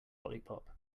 lollipop